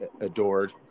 adored